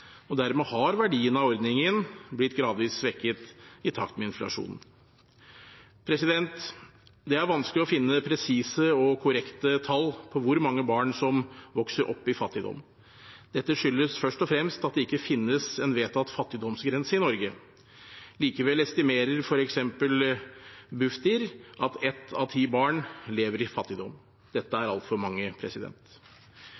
dermed har verdien av ordningen blitt gradvis svekket i takt med inflasjonen. Det er vanskelig å finne presise og korrekte tall for hvor mange barn som vokser opp i fattigdom. Dette skyldes først og fremst at det ikke finnes en vedtatt fattigdomsgrense i Norge. Likevel estimerer f.eks. Bufdir at ett av ti barn lever i fattigdom.